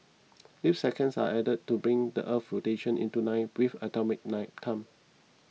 leap seconds are added to bring the Earth's rotation into line with atomic night time